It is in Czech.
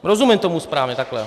Rozumím tomu správně takhle?